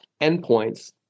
endpoints